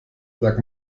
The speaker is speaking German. sag